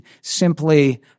simply